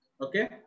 Okay